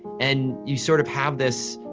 and you sort of have this